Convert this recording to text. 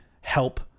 help